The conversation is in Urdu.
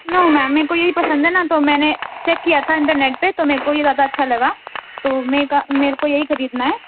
نو میم میکو یہی پسند ہے نا تو میں نے چیک کیا تھا انٹرنیٹ پہ تو میکو یہ زیادہ اچھا لگا تو میرے کو یہی خریدنا ہے